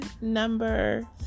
number